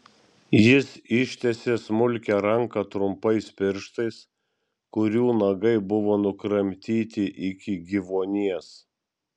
jis ištiesė smulkią ranką trumpais pirštais kurių nagai buvo nukramtyti iki gyvuonies